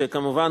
שכמובן,